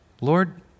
Lord